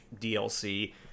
DLC